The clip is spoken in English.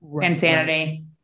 insanity